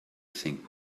think